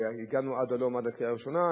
הגענו עד הלום, עד הקריאה הראשונה.